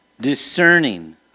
Discerning